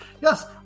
Yes